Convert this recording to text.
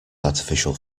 artificial